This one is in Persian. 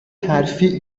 ترفیع